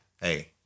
hey